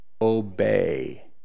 obey